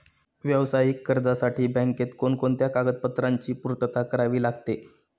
व्यावसायिक कर्जासाठी बँकेत कोणकोणत्या कागदपत्रांची पूर्तता करावी लागते?